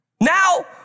Now